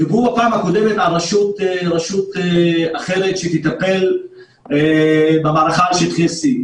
דיברו בפעם הקודמת על רשות אחרת שתטפל במערכה על שטחי C,